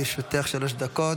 בבקשה, לרשותך שלוש דקות.